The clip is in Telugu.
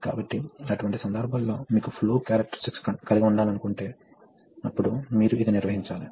కాబట్టి ఇది నెమ్మదిగా నిలువుగా క్రిందికి వస్తోంది